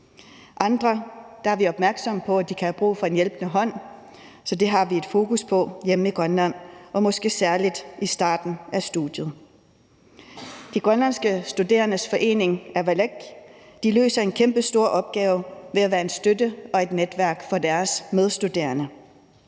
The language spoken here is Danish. andre er vi opmærksomme på, at de kan have brug for en hjælpende hånd, så det har vi et fokus på hjemme i Grønland, og det gælder måske særligt i starten af studiet. De grønlandske studerendes forening, Avalak, løser en kæmpestor opgave ved at være en støtte og et netværk for deres medstuderende.